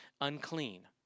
unclean